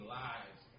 lives